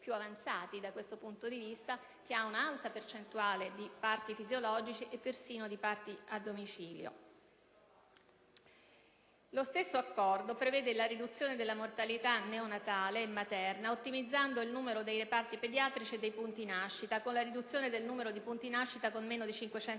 da questo punto di vista, che ha un'alta percentuale di parti fisiologici e persino di parti a domicilio. Lo stesso accordo prevede la riduzione della mortalità neonatale e materna, ottimizzando il numero dei reparti pediatrici e dei punti nascita (con la riduzione del numero di punti nascita con meno di 500 parti